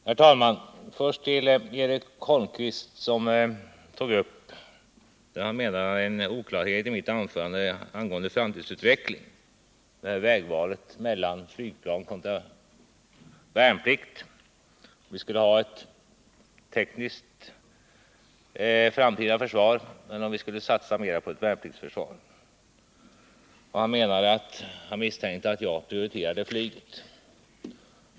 Herr talman! Först vill jag vända mig till Eric Holmqvist, som tog upp en fråga som han ansåg var oklar i mitt anförande, nämligen frågan om den framtida utvecklingen beträffande vägvalet mellan flygplan och värnplikt. Det gällde om vi skulle ha ett tekniskt framtida försvar eller om vi skulle satsa mera på ett värnpliktsförsvar. Han misstänkte att jag prioriterade flyget.